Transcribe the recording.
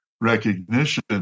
recognition